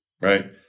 right